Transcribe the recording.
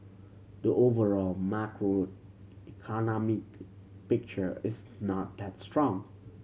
the overall macroeconomic picture is not that strong